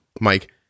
Mike